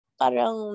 parang